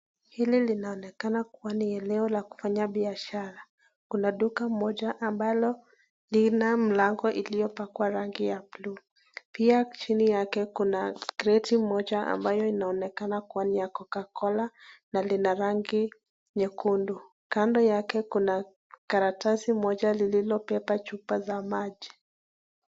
Hili linaonekana kuwa ni eneo la kufanyia biashara, kuna duka moja ambalo lina mlango iliyopakwa rangi ya buluu. Pia chini yake kuna kreti moja ambayo inaonekana kuwa ni ya coca cola na lina rangi nyekundu. Kando yake kuna karatasi moja lilbeba chupa za maji.